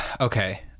Okay